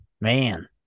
man